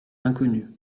inconnu